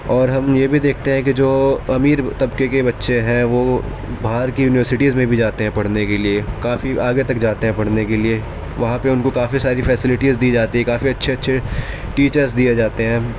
اور ہم یہ بھی دیکھتے ہیں کہ جو امیر طبقے کے بچے ہیں وہ باہر کی یونیورسٹیز میں بھی جاتے ہیں پڑھنے کے لیے کافی آگے تک جاتے ہیں پڑھنے کے لیے وہاں پہ ان کو کافی ساری فیسلٹیز دی جاتی ہیں کافی اچھے اچھے ٹیچرس دیے جاتے ہیں